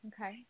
Okay